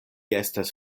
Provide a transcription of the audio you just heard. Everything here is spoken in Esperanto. estas